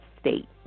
state